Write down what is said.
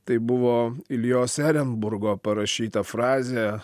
tai buvo iljos erenburgo parašyta frazė